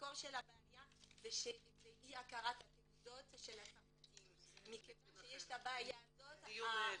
המקור של הבעיה הוא אי הכרה בתעודות של הצרפתים -- זה דיון אחר.